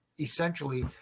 essentially